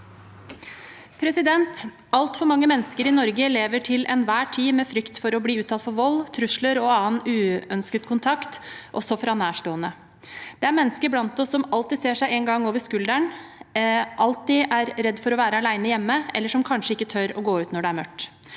Altfor mange mennesker i Norge lever til enhver tid i frykt for å bli utsatt for vold, trusler og annen uønsket kontakt, også fra nærstående. Det er mennesker blant oss som alltid ser seg over skulderen, som alltid er redd for å være alene hjemme, eller som kanskje ikke tør å gå ut når det er mørkt.